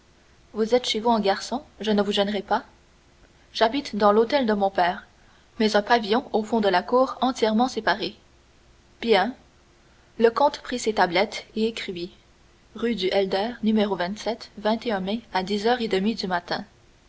vous êtes chez vous en garçon je ne vous gênerai pas j'habite dans l'hôtel de mon père mais un pavillon au fond de la cour entièrement séparé bien le comte prit ses tablettes et écrivit rue du helder n mai à dix heures et demie du matin